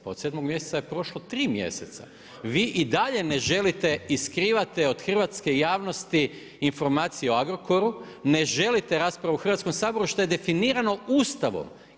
Pa od 7. mjeseca je prošlo tri mjeseca, vi i dalje ne želite i skrivate od hrvatske javnosti informacije o Agrokoru, ne želite raspravu u Hrvatskom saboru što je definirano ustavom.